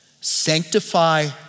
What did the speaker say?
Sanctify